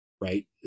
right